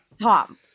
Tom